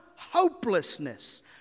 hopelessness